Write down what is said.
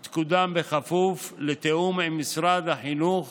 היא תקודם בכפוף לתיאום עם משרד החינוך